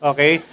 Okay